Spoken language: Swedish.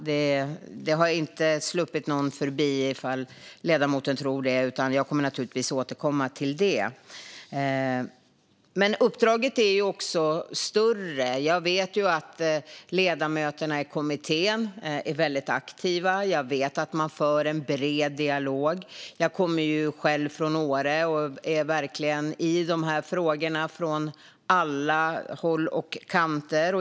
Frågorna har inte slunkit någon förbi, om ledamoten tror det, utan jag återkommer till dem. Uppdraget är också större. Jag vet att ledamöterna i kommittén är aktiva. Jag vet att man för en bred dialog. Jag kommer själv från Åre, och jag är verkligen i frågorna från alla håll och kanter.